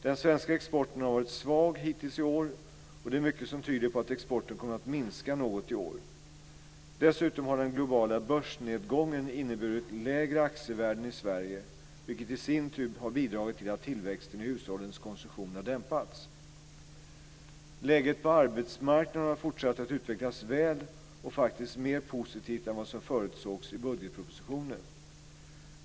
Den svenska exporten har varit svag hittills i år och det är mycket som tyder på att exporten kommer att minska något i år. Dessutom har den globala börsnedgången inneburit lägre aktievärden i Sverige, vilket i sin tur har bidragit till att tillväxten i hushållens konsumtion har dämpats. Läget på arbetsmarknaden har fortsatt att utvecklas väl, och faktiskt mer positivt än vad som förutsågs i budgetpropositionen.